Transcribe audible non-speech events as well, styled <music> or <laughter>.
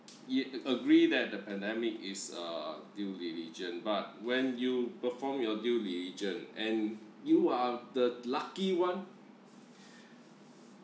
you agree that the pandemic is uh due diligent but when you perform your due diligent and you are the lucky one <breath>